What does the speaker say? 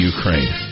Ukraine